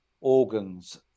organs